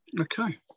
okay